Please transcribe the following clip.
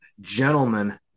gentlemen